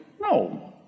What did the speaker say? No